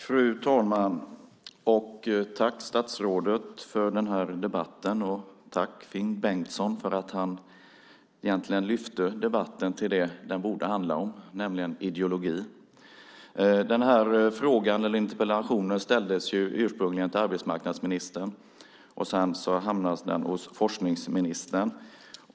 Fru talman! Tack statsrådet för den här debatten! Jag vill också tacka Finn Bengtsson för att han egentligen lyfte upp debatten till det som den borde handla om, nämligen ideologi. Den här frågan eller interpellationen ställdes ursprungligen till arbetsmarknadsministern. Sedan hamnade den hos forskningsministern.